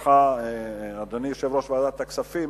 אדוני יושב-ראש ועדת הכספים,